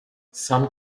some